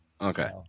Okay